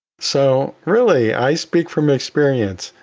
so really, i speak from experience,